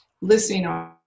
listening